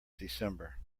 december